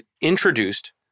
introduced